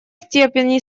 степени